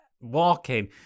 Walking